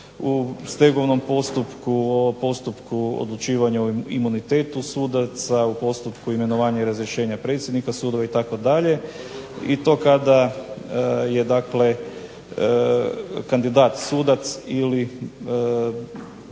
u stegovnom postupku, o postupku odlučivanja o imunitetu sudaca, o postupku imenovanja i razrješenja predsjednika sudova itd. I to kada je dakle kandidat sudac ili